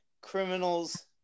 criminals